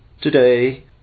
Today